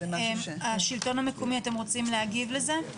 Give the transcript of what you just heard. השלטון המקומי, אתם רוצים להגיב לזה?